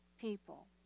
people